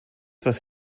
was